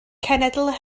cenedl